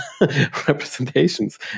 representations